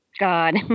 God